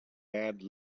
bad